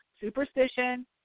Superstition